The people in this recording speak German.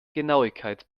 genauigkeit